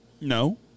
No